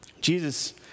Jesus